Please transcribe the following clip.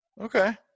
Okay